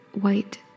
white